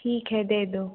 ठीक है दे दो